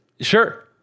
Sure